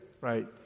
right